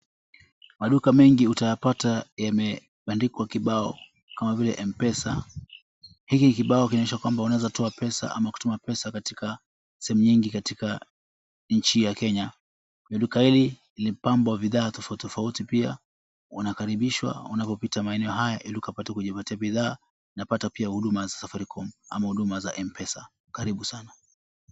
Maduka mengi utayapata yamebandikwa kibao kama vile Mpesa. Hiki ni kibao kinaonyesha kwamba unaweza toa pesa ama kutuma pesa katika sehemu nyingi katika nchi ya Kenya. Hili duka limepambwa bidhaa tofauti tofauti pia unakaribishwa unapopita maeneo haya ili ukapate kujipatia bidhaa na pata pia huduma za Safaricom ama huduma za Mpesa. Karibu sana.